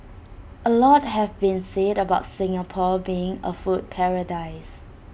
A lot has been said about Singapore being A food paradise